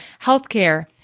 healthcare